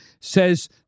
says